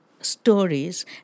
stories